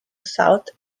south